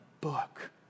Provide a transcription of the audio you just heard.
book